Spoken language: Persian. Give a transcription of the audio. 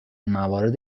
موارد